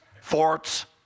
forts